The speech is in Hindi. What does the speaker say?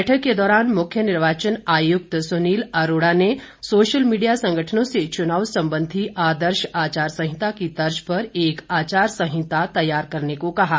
बैठक के दौरान मुख्य निर्वाचन आयुक्त सुनील अरोड़ा ने सोशल मीडिया संगठनों से चुनाव संबंधी आदर्श आचार संहिता की तर्ज पर एक आचार संहिता तैयार करने को कहा है